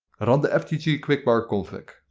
and um the ftg quikbar config.